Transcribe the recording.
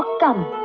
come